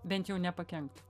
bent jau nepakenkt